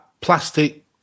plastic